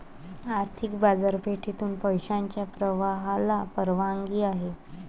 आर्थिक बाजारपेठेतून पैशाच्या प्रवाहाला परवानगी आहे